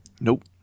Nope